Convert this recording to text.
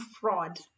fraud